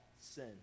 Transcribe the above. sin